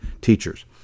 teachers